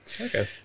Okay